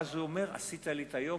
ואז הוא אומר: עשית לי את היום,